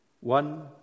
One